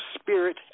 spirit